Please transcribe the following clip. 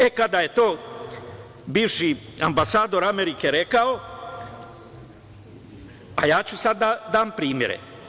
E, kada je to bivši ambasador Amerike rekao, a ja ću sad da dam primere.